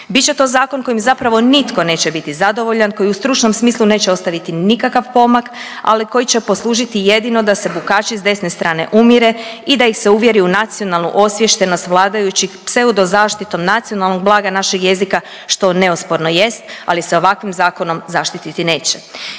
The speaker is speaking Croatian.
Bit će to zakon kojim zapravo nitko neće biti zadovoljan, koji u stručnom smislu neće ostaviti nikakav pomak, ali koji će poslužiti jedino da se bukači s desne strane umire i da ih se uvjeri u nacionalnu osviještenost vladajućih pseudo zaštitom nacionalnog blaga našeg jezika što neosporno jest, ali s ovakvim zakonom zaštiti neće.